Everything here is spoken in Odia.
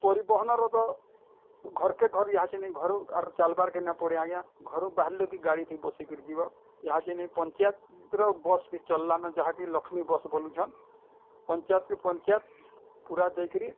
ପରିବହନର ତ ଘର କେ ଘର୍ ଇହା କେ ନେଇ ଘରୁ ଆରୁ ଚାଲବାର୍ କେ ନେହିଁ ପଡ଼େ ଆଜ୍ଞା ଘରୁ ବାହାରଲୁ କି ଗାଡ଼ିଥି ବସିକରି ଯିବ ୟାହାଚିନି ପଞ୍ଚାୟତର ବସ୍ ବି ଚଲଲାନୁ ଯାହାକି ଲକ୍ଷ୍ମୀ ବସ୍ ବୋଲୁଛନ୍ ପଞ୍ଚାୟତ କେ ପଞ୍ଚାୟତ ପୁରା ଯାଇକିରି